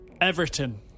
Everton